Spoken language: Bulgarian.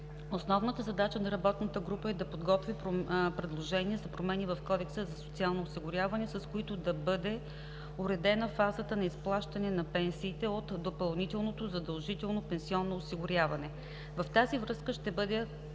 Основаната задача на работната група е да подготви предложения за промени в Кодекса за социално осигуряване, с които да бъде уредена фазата на изплащане на пенсиите от допълнителното задължително пенсионно осигуряване. В тази връзка ще бъдат